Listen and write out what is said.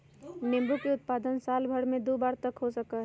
नींबू के उत्पादन साल भर में दु बार तक हो सका हई